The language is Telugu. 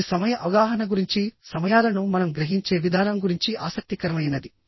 ఇది సమయ అవగాహన గురించి సమయాలను మనం గ్రహించే విధానం గురించి ఆసక్తికరమైనది